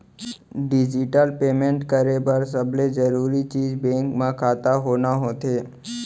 digital payment करे बर सबले जरूरी चीज बेंक म खाता होना होथे